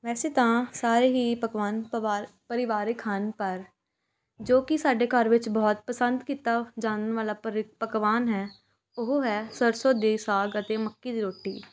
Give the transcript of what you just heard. ਵੈਸੇ ਤਾਂ ਸਾਰੇ ਹੀ ਪਕਵਾਨ ਪਵਾਰ ਪਰਿਵਾਰਿਕ ਹਨ ਪਰ ਜੋ ਕਿ ਸਾਡੇ ਘਰ ਵਿੱਚ ਬਹੁਤ ਪਸੰਦ ਕੀਤਾ ਜਾਣ ਵਾਲਾ ਪਰੀ ਪਕਵਾਨ ਹੈ ਉਹ ਹੈ ਸਰਸੋਂ ਦੇ ਸਾਗ ਅਤੇ ਮੱਕੀ ਦੀ ਰੋਟੀ